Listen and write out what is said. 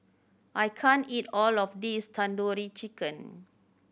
I can't eat all of this Tandoori Chicken